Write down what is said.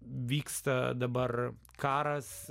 vyksta dabar karas